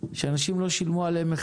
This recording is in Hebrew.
שאנשים לא שילמו עליהם.